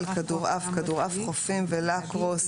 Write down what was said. + כדורעף + כדורעף חופים + לקרוס +